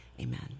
amen